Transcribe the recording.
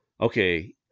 okay